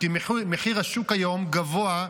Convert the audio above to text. כי מחיר השוק היום גבוה,